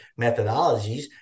methodologies